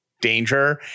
danger